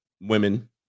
women